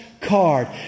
card